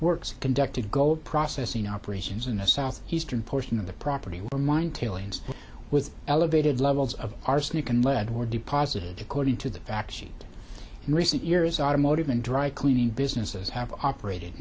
works conducted gold processing operations in the south eastern portion of the property with a mine tailings with elevated levels of arsenic and lead were deposited according to the fact sheet in recent years automotive and dry cleaning businesses have operated